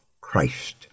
Christ